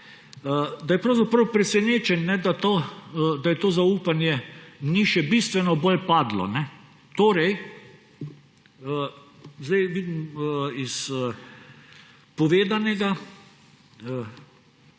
da je pravzaprav presenečen, da to zaupanje ni še bistveno bolj padlo. Zdaj vidim iz povedanega